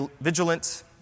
vigilant